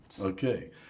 Okay